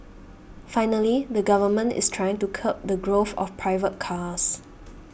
finally the Government is trying to curb the growth of private cars